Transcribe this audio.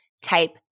type